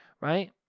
Right